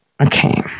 Okay